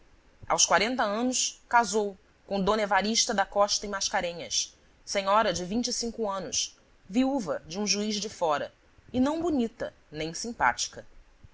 aos quarenta anos casou com d evarista da costa e mascarenhas senhora de vinte e cinco anos viúva de um juiz de fora e não bonita nem simpática